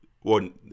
one